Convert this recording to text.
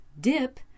dip